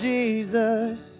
Jesus